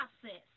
process